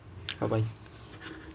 how about you